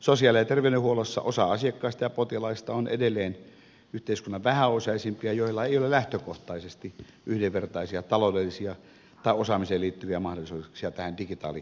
sosiaali ja terveydenhuollossa osa asiakkaista ja potilaista on edelleen niitä yhteiskunnan vähäosaisimpia joilla ei ole lähtökohtaisesti yhdenvertaisia taloudellisia tai osaamiseen liittyviä mahdollisuuksia tähän digitaaliyhteiskuntaan